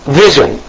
vision